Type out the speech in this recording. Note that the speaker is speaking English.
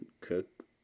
cook